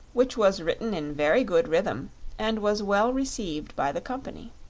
which was written in very good rhythm and was well received by the company.